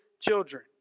children